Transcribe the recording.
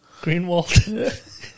Greenwald